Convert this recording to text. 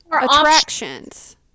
attractions